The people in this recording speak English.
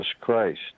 Christ